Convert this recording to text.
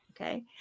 okay